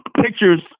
pictures